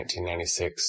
1996